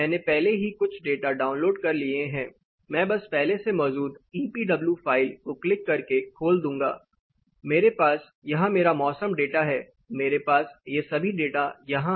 मैंने पहले ही कुछ डेटा डाउनलोड कर लिए हैं मैं बस पहले से मौजूद EPW फ़ाइल को क्लिक करके खोल दूंगा मेरे पास यहां मेरा मौसम डेटा है मेरे पास ये सभी डेटा यहां हैं